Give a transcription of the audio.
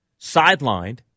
sidelined